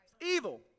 Evil